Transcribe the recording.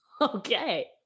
okay